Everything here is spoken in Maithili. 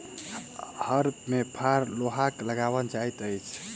हर मे फार लोहाक लगाओल जाइत छै